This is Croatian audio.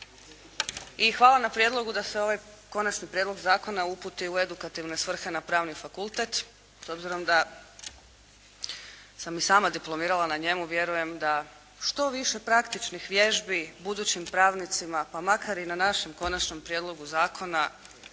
i hvala na prijedlogu da se ovaj Konačni prijedlog zakona uputi u edukativne svrhe na Pravni fakultet, s obzirom da sam i sama diplomirala na njemu, vjerujem da što više praktičnih vježbi budućim pravnicima pa makar i na našem Konačnom prijedlogu zakona